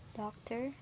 doctor